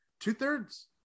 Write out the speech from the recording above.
two-thirds